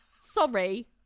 Sorry